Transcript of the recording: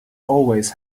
always